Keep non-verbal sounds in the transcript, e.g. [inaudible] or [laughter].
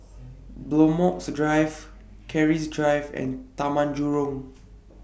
Bloxhome Drive Keris Drive and Taman Jurong [noise]